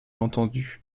entendu